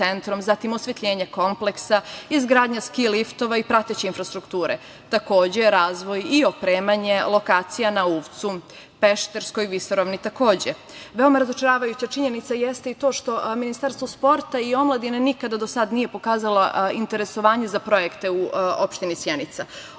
zatim osvetljenje kompleksa, izgradnja ski-liftova i prateće infrastrukture. Takođe, razvoj i opremanje lokacija na Uvcu, Pešterskoj visoravni. Veoma razočaravajuća činjenica jeste i to što Ministarstvo sporta i omladine nikada do sada nije pokazalo interesovanje za projekte u opštini Sjenica,